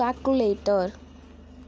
calculator